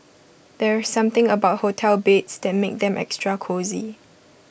there's something about hotel beds that makes them extra cosy